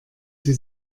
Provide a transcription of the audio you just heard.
sie